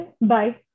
Bye